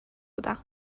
بودم